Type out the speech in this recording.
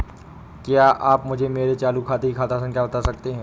क्या आप मुझे मेरे चालू खाते की खाता संख्या बता सकते हैं?